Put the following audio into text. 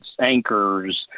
anchors